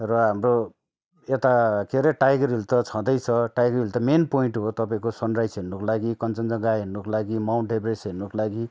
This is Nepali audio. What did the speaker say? र हाम्रो यता के हरे टाइगर हिल त छँदैछ टाइगर हिल त मेन पोइन्ट हो तपाईँको सनराइज हेर्नुको लागि कन्चनजङ्गा हेर्नुको लागि माउन्ट एभरेस्ट हेर्नुको लागि